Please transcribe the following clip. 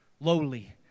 Lowly